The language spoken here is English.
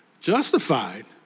Justified